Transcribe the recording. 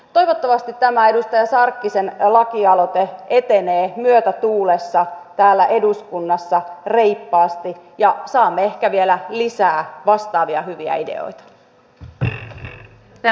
toivottavasti tämä edustaja sarkkisen lakialoite etenee myötätuulessa täällä eduskunnassa reippaasti ja saamme ehkä vielä lisää vastaavia hyviä ideoita